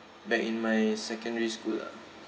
back in my secondary school lah